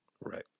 Right